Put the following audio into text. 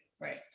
Right